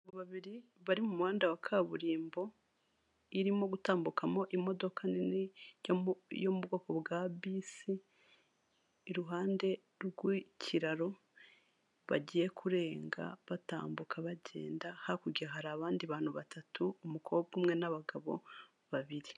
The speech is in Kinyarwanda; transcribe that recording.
Igikorwaremezo cya hoteli kirimo intebe zibajwe mu mbaho ndetse n'imeza zibajwe mu mbaho, imbere hariho utubati ducururizwamo amacupa y'inzoga, ndetse n'ububiko bukonjesha bw'ibyo byo kunywa.